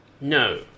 No